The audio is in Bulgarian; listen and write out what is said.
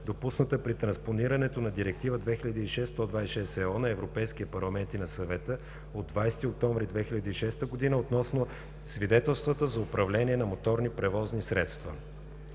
допусната при транспонирането на Директива 2006/126/ЕО на Европейския парламент и на Съвета от 20 октомври 2006 г. относно свидетелствата за управление на моторни превозни средства.